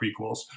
prequels